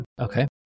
Okay